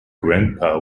grandpa